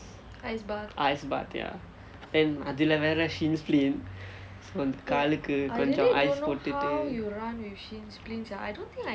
ice bath ya and அதில்ல வேற:athilla vera shin splint so வந்து காலுக்கு கொஞ்சம்:vanthu kaalukku koncham ice போட்டுட்டு:pottuttu